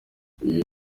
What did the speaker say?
uyu